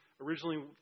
originally